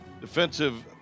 defensive